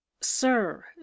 sir